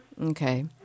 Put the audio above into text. Okay